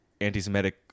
anti-Semitic